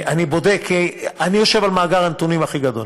אני בודק, אני יושב על מאגר הנתונים הכי גדול,